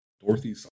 Dorothy